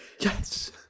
Yes